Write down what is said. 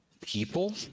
people